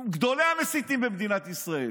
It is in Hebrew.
גדולי המסיתים במדינת ישראל.